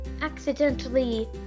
accidentally